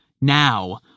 Now